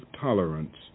tolerance